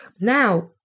now